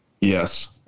yes